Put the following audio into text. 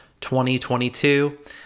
2022